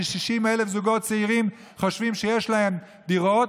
ש-60,000 זוגות צעירים חושבים שיש להם דירות,